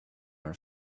our